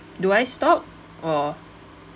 do I stop or